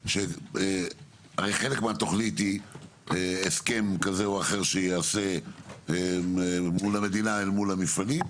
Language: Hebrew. חלק מהתוכנית הוא ההסכם שיעשה בין המדינה אל מול המפעלים.